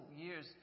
years